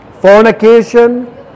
fornication